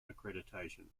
accreditation